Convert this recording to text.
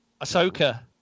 ahsoka